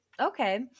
Okay